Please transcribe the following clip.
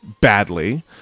badly